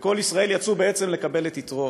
וכל ישראל יצאו בעצם לקבל את יתרו.